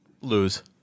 lose